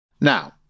Now